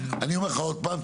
אני אומר לך עוד פעם.